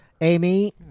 Amy